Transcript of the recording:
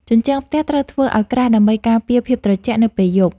ជញ្ជាំងផ្ទះត្រូវធ្វើឱ្យក្រាស់ដើម្បីការពារភាពត្រជាក់នៅពេលយប់។